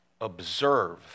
Observe